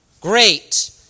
great